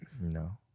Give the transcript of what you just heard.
No